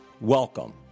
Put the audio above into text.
Welcome